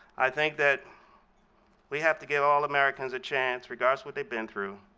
i think that we have to give all americans a chance regardless what they've been through.